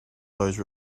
those